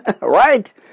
Right